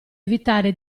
evitare